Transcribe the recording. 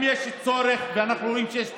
אם יש צורך, ואנחנו רואים שיש צורך,